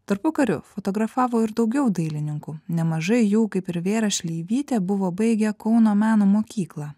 tarpukariu fotografavo ir daugiau dailininkų nemažai jų kaip ir vėra šleivytė buvo baigę kauno meno mokyklą